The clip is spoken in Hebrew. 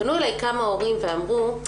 פנו אליי כמה הורים ואמרו,